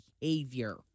behavior